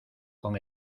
con